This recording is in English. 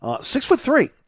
Six-foot-three